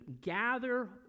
gather